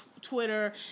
Twitter